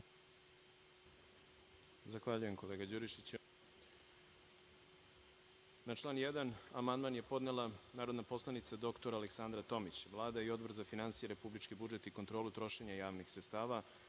Zahvaljujem, kolega Đurišiću. Na član 1. amandman je podnela narodna poslanica dr Aleksandra Tomić. Vlada i Odbor za finansije, republički budžet i kontrolu trošenja javnih sredstava